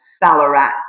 Ballarat